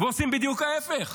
ועושים בדיוק ההפך.